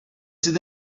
sydd